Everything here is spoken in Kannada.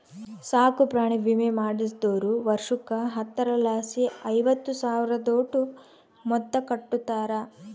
ಸಾಕುಪ್ರಾಣಿ ವಿಮೆ ಮಾಡಿಸ್ದೋರು ವರ್ಷುಕ್ಕ ಹತ್ತರಲಾಸಿ ಐವತ್ತು ಸಾವ್ರುದೋಟು ಮೊತ್ತ ಕಟ್ಟುತಾರ